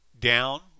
down